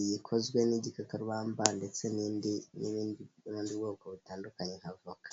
iyikozwe n'igikakabamba ndetse n'indi y'ubundi bwoko butandukanye nk'avoka.